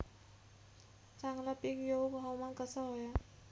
चांगला पीक येऊक हवामान कसा होया?